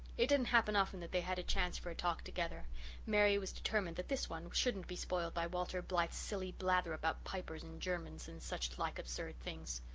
it didn't happen often that they had a chance for a talk together mary was determined that this one shouldn't be spoiled by walter blythe's silly blather about pipers and germans and such like absurd things.